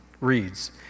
Reads